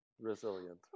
Resilient